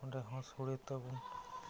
ᱚᱸᱰᱮᱦᱚᱸ ᱥᱳᱲᱮ ᱛᱟᱵᱚᱱ